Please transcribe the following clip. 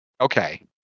Okay